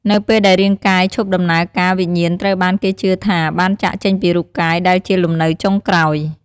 នៅពេលដែលរាង្គកាយឈប់ដំណើរការវិញ្ញាណត្រូវបានគេជឿថាបាន ចាកចេញពីរូបកាយ ដែលជាលំនៅចុងក្រោយ។